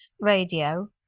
Radio